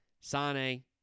Sane